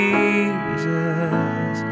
Jesus